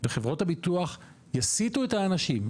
וחברות הביטוח יסיתו את האנשים,